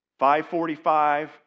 5.45